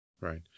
Right